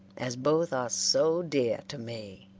as both are so dear to me.